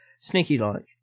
sneaky-like